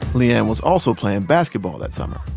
le-ann was also playing basketball that summer.